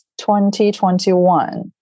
2021